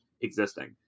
existing